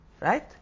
Right